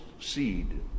seed